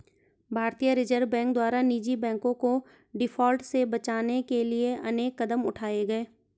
भारतीय reserve bank द्वारा निजी बैंकों को डिफॉल्ट से बचाने के लिए अनेक कदम उठाए गए